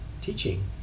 teaching